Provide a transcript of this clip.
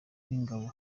bw’ingabo